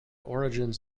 origins